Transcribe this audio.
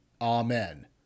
Amen